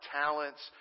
talents